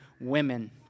women